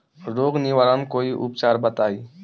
रोग निवारन कोई उपचार बताई?